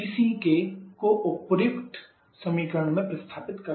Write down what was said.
TC को उपर्युक्त समीकरण में प्रतिस्थापित करने पर h2 h2hfg